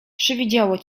przywidziało